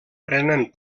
prenen